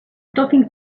talking